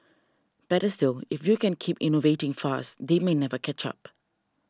better still if you can keep innovating fast they may never catch up